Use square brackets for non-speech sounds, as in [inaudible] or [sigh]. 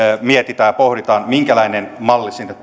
mietitään ja pohditaan minkälainen malli sinne [unintelligible]